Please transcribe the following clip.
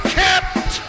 kept